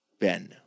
Ben